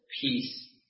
peace